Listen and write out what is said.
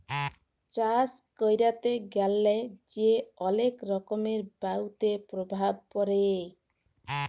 চাষ ক্যরতে গ্যালা যে অলেক রকমের বায়ুতে প্রভাব পরে